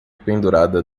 pendurada